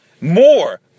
more